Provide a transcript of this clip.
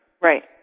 Right